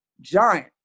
giant